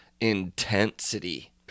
intensity